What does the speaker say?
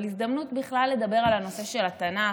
אבל זו הזדמנות בכלל לדבר על הנושא של התנ"ך.